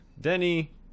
denny